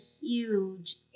huge